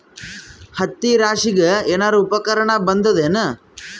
ಹತ್ತಿ ರಾಶಿಗಿ ಏನಾರು ಉಪಕರಣ ಬಂದದ ಏನು?